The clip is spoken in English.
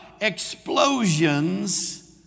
explosions